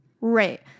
right